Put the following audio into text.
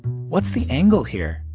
what's the angle here?